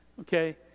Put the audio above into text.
Okay